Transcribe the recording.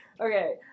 Okay